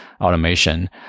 automation